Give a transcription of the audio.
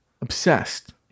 obsessed